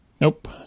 Nope